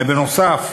ונוסף